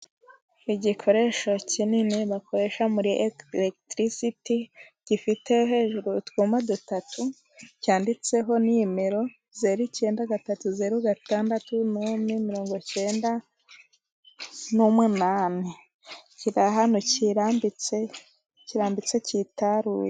Igikoresho kinini bakoresha muri eregitirisiti, gifite hejuru utwuma dutatu cyanditseho nimero, zeru icyenda gatatu zeru gatandatu nome mirongo cyenda n'umunani, kiri ahantukirambitse kirambitse kitaruye.